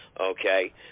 okay